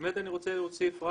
בבקשה.